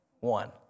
one